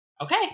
Okay